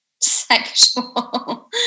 sexual